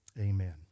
Amen